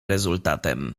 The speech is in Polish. rezultatem